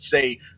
say